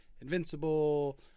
Invincible